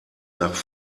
nach